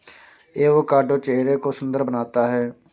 avocado चेहरे को सुंदर बनाता है